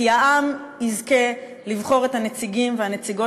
כי העם יזכה לבחור את הנציגים והנציגות